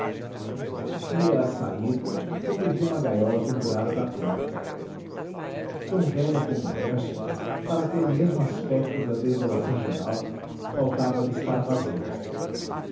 ia a sair quando vi uma gaiola pendurada da porta tão velha como o resto para ter o mesmo aspecto da desolação geral faltava-lhe estar vazia